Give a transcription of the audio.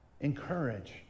encourage